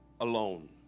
alone